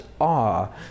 awe